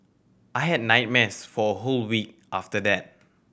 I had nightmares for a whole week after that